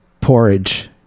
Porridge